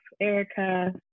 Erica